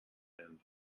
end